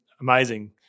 amazing